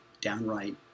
downright